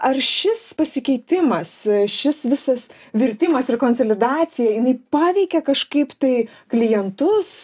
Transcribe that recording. ar šis pasikeitimas šis visas virtimas ir konsolidacija jinai paveikė kažkaip tai klientus